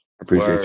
appreciate